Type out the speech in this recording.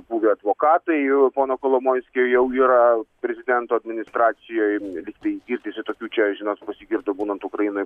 buvę advokatai pono kolomoiskio jau yra prezidento administracijoj vis tai girdisi tokių čia žinot pasigirdo būnant ukrainoj